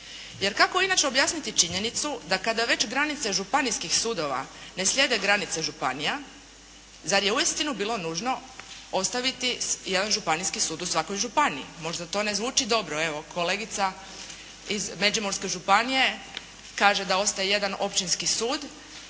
Jer kako inače objasniti činjenicu da kada već granice županijskih sudova ne slijede granice županija, zar je uistinu bilo nužno ostaviti jedan županijski sud u svakoj županiji. Možda to ne zvuči dobro. Evo, kolegica iz Međimurske županije kaže da ostaje jedan općinski sud